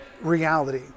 reality